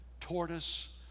tortoise